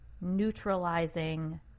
neutralizing